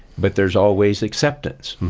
but there's always acceptance.